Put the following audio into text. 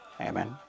Amen